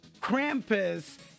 Krampus